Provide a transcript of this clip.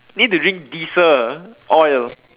need to drink diesel oil